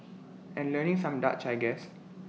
and learning some Dutch I guess